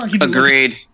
Agreed